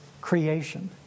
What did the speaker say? creation